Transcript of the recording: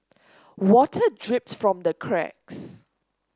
water drips from the cracks